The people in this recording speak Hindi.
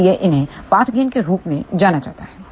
इसलिए इन्हें पाथ गेन के रूप में जाना जाता है